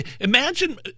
Imagine